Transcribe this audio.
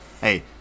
Hey